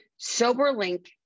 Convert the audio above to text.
Soberlink